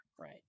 right